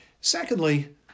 Secondly